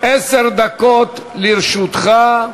עשר דקות לרשותך.